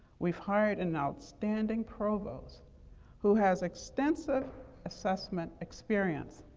we've hired an outstanding provost who has extensive assessment experience.